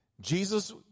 Jesus